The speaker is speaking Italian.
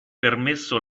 permesso